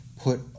Put